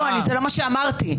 זה לא מה שאמרתי.